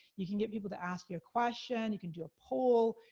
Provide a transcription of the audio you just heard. you can get people to ask you a question. you can do a poll,